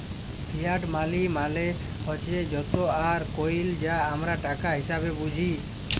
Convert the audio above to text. fiat মালি মালে হছে যত আর কইল যা আমরা টাকা হিসাঁবে বুঝি